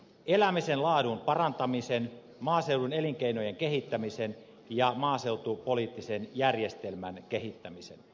elämisen laadun parantamisen maaseudun elinkeinojen kehittämisen ja maaseutupoliittisen järjestelmän kehittämisen